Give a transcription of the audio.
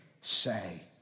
say